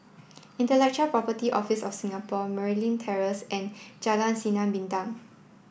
Intellectual Property Office of Singapore Merryn Terrace and Jalan Sinar Bintang